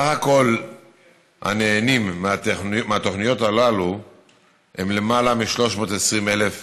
סך הנהנים מהתוכניות הללו הם למעלה מ-320,000